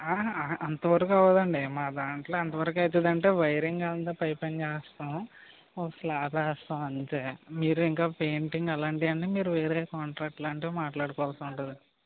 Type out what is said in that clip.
అహా అంత వరకు అవ్వదండి మా దాంట్లో ఎంత వరకు అవుతుంది అంటే వైరింగ్ అంతా పై పైన చేస్తాం ఓ స్లాబ్ వేస్తాం అంతే మీరు ఇంకా పెయింటింగ్ అలాంటివి అన్ని మీరు వేరే కాంట్రాక్ట్ లాంటివి మాట్లాడుకోవాల్సి ఉంటుంది